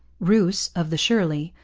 rous, of the shirley,